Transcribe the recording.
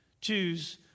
Choose